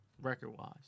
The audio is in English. record-wise